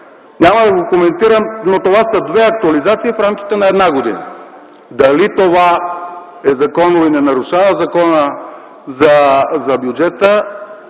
Няма да го коментирам, но това са две актуализации в рамките на една година. Дали това е законово и не нарушава Закона за бюджета,